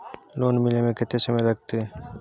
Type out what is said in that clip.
Loan मिले में कत्ते समय लागते?